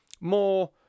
More